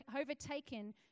overtaken